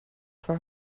from